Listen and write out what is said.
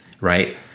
right